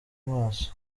maso